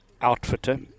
outfitter